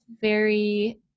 very-